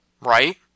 right